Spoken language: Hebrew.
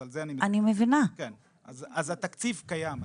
אז התקציב קיים,